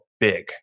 big